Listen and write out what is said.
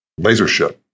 Lasership